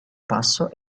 passo